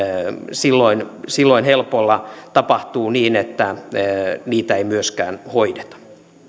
silloin silloin helpolla tapahtuu niin että niitä ei myöskään hoideta